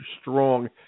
Strong